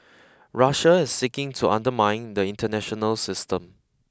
Russia is seeking to undermine the international system